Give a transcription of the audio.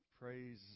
Praise